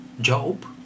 Job